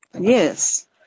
Yes